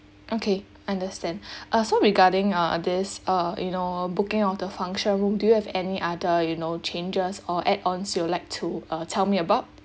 okay understand uh so regarding uh this uh you know booking of the function room do you have any other you know changes or add on's you would like to uh tell me about